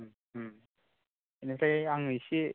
इनिफ्राय आं इसे